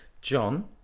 John